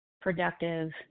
productive